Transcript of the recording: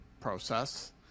process